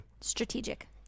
Strategic